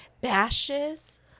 Bashes